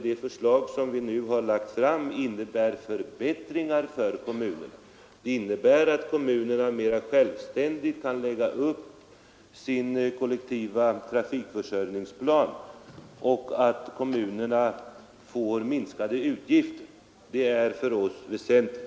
Det förslag vi nu har lagt fram innebär förbättringar för kommunerna, eftersom de mer självständigt kan lägga upp sin kollektiva trafikförsörjningsplan och dessutom får minskade utgifter. Det är för oss väsentligt.